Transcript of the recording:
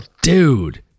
dude